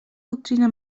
doctrina